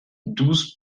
douze